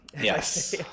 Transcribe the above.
Yes